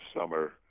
summer